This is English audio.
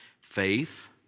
faith